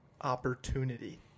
Opportunity